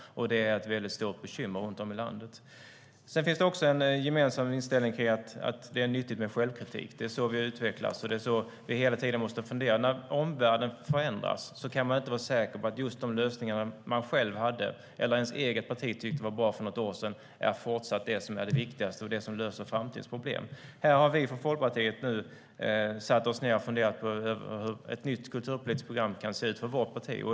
Det är ett stort bekymmer runt om i landet. Det finns en gemensam inställning till att det är nyttigt med självkritik. Det är så vi utvecklas, och det är så vi hela tiden måste fundera. När omvärlden förändras kan man inte vara säker på att just de lösningar som man själv hade eller som ens eget parti tyckte var bra för något år sedan fortsatt är de som är de viktigaste och de som löser framtidsproblem. Här har vi från Folkpartiet nu satt oss ned och funderat på hur ett nytt kulturpolitiskt program kan se ut för vårt parti.